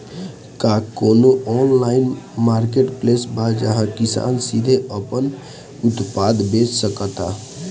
का कोनो online marketplace बा जहां किसान सीधे अपन उत्पाद बेच सकता?